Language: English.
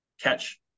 catch